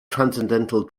transcendental